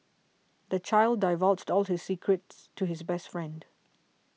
the child divulged all his secrets to his best friend